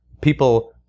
people